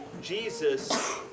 Jesus